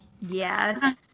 Yes